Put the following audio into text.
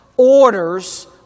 Orders